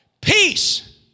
peace